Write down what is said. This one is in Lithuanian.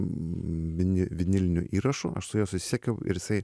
mini vinilinių įrašų aš su juo susisiekiau ir jisai